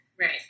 Right